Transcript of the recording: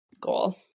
goal